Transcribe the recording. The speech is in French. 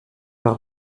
vers